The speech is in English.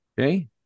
Okay